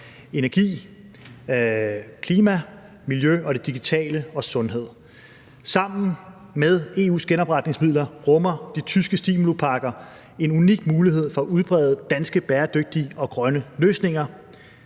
energi, klima, miljø og det digitale og sundhed. Sammen med EU’s genopretningsmidler rummer de tyske stimulipakker en unik mulighed for at udbrede danske bæredygtige og grønne løsninger.